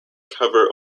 cover